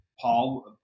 Paul